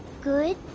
Good